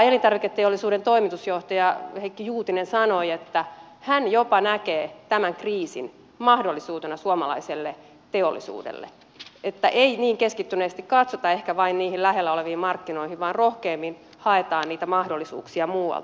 elintarviketeollisuusliiton toimitusjohtaja heikki juutinen sanoi että hän jopa näkee tämän kriisin mahdollisuutena suomalaiselle teollisuudelle että ei niin keskittyneesti katsota ehkä vain niihin lähellä oleviin markkinoihin vaan rohkeammin haetaan niitä mahdollisuuksia muualta